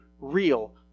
real